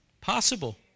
Possible